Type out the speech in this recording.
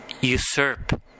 usurp